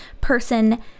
person